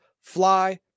fly